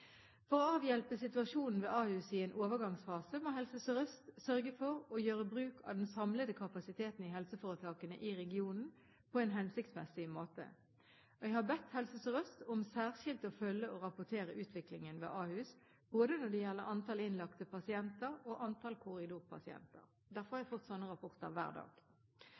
For å avhjelpe situasjonen ved Ahus i en overgangsfase må Helse Sør-Øst sørge for å gjøre bruk av den samlede kapasiteten i helseforetakene i regionen på en hensiktsmessig måte. Jeg har bedt Helse Sør-Øst om særskilt å følge og rapportere utviklingen ved Ahus, både når det gjelder antall innlagte pasienter og antall korridorpasienter. Derfor har jeg fått sånne rapporter hver dag.